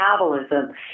metabolism